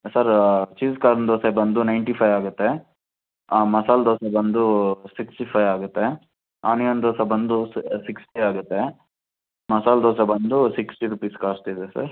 sir cheese corn dosa ಬಂದು ninety five ಆಗುತ್ತೆ ಮಸಾಲೆ ದೋಸೆ ಬಂದು ಸಿಕ್ಸ್ಟಿ ಫೈವ್ ಆಗುತ್ತೆ ಆನಿಯನ್ ದೋಸೆ ಬಂದು ಸಿಕ್ಸ್ಟಿ ಆಗುತ್ತೆ ಮಸಾಲೆ ದೋಸೆ ಬಂದು ಸಿಕ್ಸ್ಟಿ ರುಪೀಸ್ ಕಾಸ್ಟ್ ಇದೆ ಸರ್